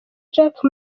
jack